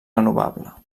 renovable